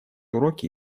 уроки